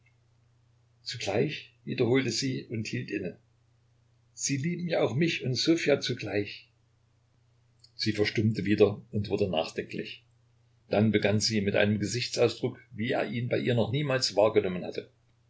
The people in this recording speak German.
zugleich wiederholte sie und hielt inne sie lieben ja auch mich und ssofja zugleich sie verstummte wieder und wurde nachdenklich dann begann sie mit einem gesichtsausdruck wie er ihn bei ihr noch niemals wahrgenommen hatte